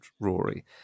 Rory